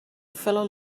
fellow